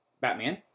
Batman